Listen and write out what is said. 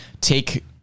take